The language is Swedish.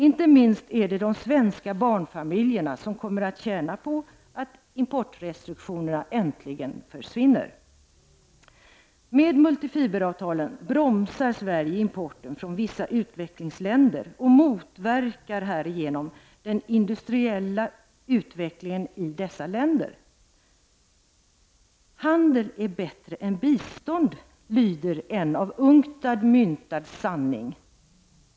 Inte minst de svenska barnfamiljerna kommer att tjäna på att importrestriktionerna äntligen försvinner. Med multifiberavtalen bromsar Sverige importen från vissa utvecklingsländer och motverkar härigenom den industriella utvecklingen i dessa länder. ”Handel är bättre än bistånd”. Så lyder en av UNCTAD myntad sanning.